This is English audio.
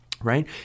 right